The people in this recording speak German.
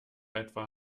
etwa